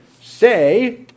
say